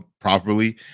properly